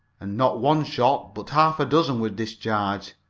and not one shot but half a dozen were discharged.